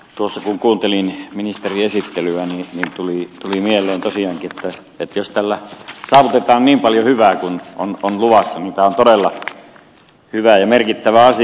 tuossa kun kuuntelin ministerin esittelyä tuli mieleen tosiaankin että jos tällä saavutetaan niin paljon hyvää kuin on luvattu niin tämä on todella hyvä ja merkittävä asia